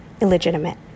illegitimate